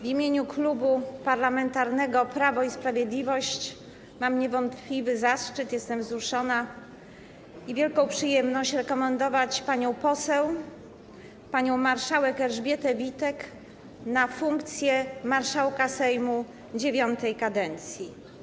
W imieniu Klubu Parlamentarnego Prawo i Sprawiedliwość mam niewątpliwy zaszczyt - jestem wzruszona - i wielką przyjemność rekomendować kandydaturę pani poseł, pani marszałek Elżbiety Witek na stanowisko marszałka Sejmu IX kadencji.